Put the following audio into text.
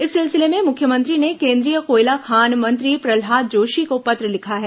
इस सिलसिले में मुख्यमंत्री ने केंद्रीय कोयला खान मंत्री प्रहलाद जोशी को पत्र लिखा है